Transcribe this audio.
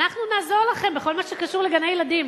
אנחנו נעזור לכם בכל מה שקשור לגני-ילדים,